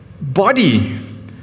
body